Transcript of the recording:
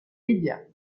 médias